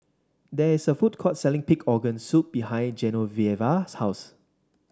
there is a food court selling Pig Organ Soup behind Genoveva's house